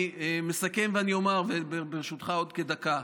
אני מסכם ואומר ברשותך עוד כדקה.